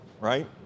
right